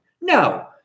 No